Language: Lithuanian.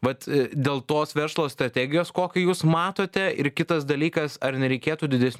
vat dėl tos verslo strategijos kokią jūs matote ir kitas dalykas ar nereikėtų didesnių